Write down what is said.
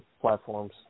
platforms